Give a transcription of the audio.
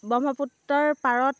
ব্ৰহ্মপুত্ৰৰ পাৰত